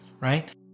right